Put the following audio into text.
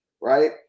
right